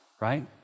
right